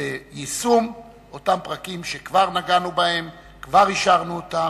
ויישום אותם פרקים שכבר נגענו בהם וכבר אישרנו אותם.